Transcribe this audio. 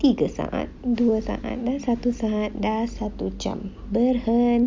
tiga saat dua saat dan satu saat dah satu jam berhenti